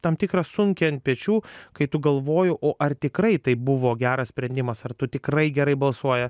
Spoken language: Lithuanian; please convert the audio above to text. tam tikrą sunkį ant pečių kai tu galvoji o ar tikrai tai buvo geras sprendimas ar tu tikrai gerai balsuoja